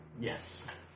Yes